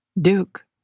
Duke